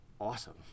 awesome